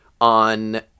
on